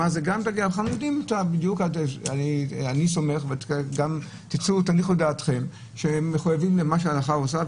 אני סומך וגם תניחו את דעתכם שהם מחויבים למה שההלכה רוצה.